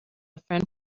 friend